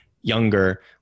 younger